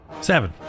Seven